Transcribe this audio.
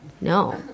no